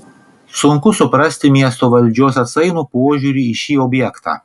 sunku suprasti miesto valdžios atsainų požiūrį į šį objektą